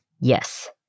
Yes